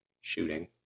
shooting